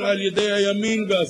בהחלט.